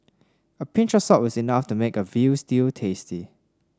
a pinch of salt is enough to make a veal stew tasty